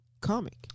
comic